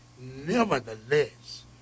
Nevertheless